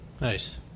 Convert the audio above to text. Nice